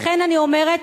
לכן אני אומרת,